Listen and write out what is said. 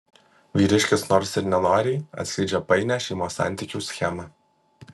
vyriškis nors ir nenoriai atskleidžia painią šeimos santykių schemą